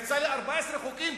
יצא לי 14 חוקים